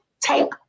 take